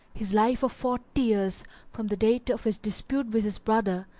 his life of forty years from the date of his dispute with his brother,